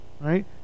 right